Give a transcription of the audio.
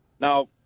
Now